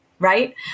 Right